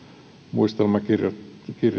muistelmakirjassaan